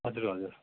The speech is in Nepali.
हजुर हजुर